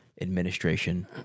Administration